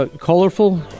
Colorful